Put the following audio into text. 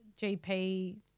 GP